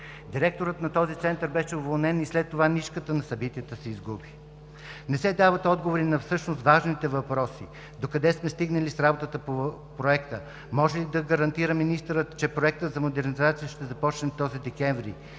Директорът на този център беше уволнен и след това нишката на събитията се изгуби. Всъщност не се дават отговори на важните въпроси: докъде сме стигнали с работата по проекта? Може ли да гарантира министърът, че проектът за модернизация ще започне през този декември?